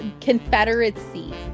confederacy